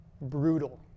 brutal